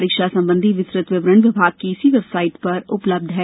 परीक्षा संबंधी विस्तृत विवरण विभाग की इसी वेबसाइट पर उपलब्ध है